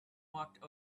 walked